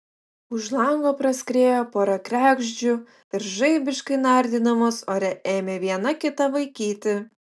už lango praskriejo pora kregždžių ir žaibiškai nardydamos ore ėmė viena kitą vaikyti